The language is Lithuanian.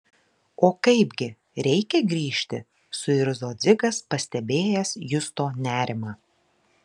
o kaipgi reikia grįžti suirzo dzigas pastebėjęs justo nerimą